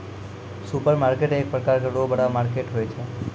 supermarket एक प्रकार रो बड़ा मार्केट होय छै